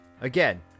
Again